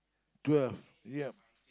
twelve ya